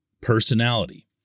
personality